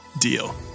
deal